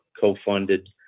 co-funded